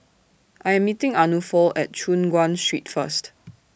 I Am meeting Arnulfo At Choon Guan Street First